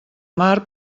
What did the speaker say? mar